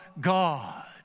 God